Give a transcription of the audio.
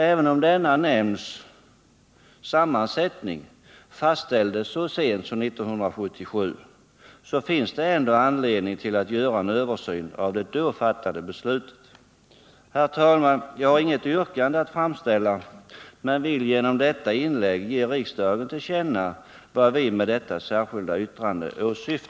Även om denna nämnds sammansättning fastställdes så sent som 1977 finns det anledning att göra en översyn av det då fattade beslutet. Herr talman! Jag har inget yrkande, men vill genom mitt inlägg ge riksdagen till känna vad vi åsyftat med det särskilda yttrandet.